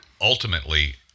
ultimately